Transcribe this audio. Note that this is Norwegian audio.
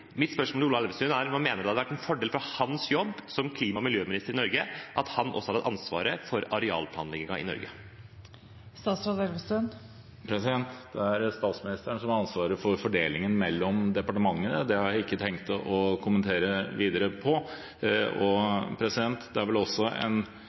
Mitt spørsmål til statsråd Ola Elvestuen er: Mener han at det hadde vært en fordel for hans jobb som klima- og miljøminister i Norge, at han også hadde ansvaret for arealplanleggingen i Norge? Det er statsministeren som har ansvaret for fordelingen mellom departementene. Det har jeg ikke tenkt å kommentere videre.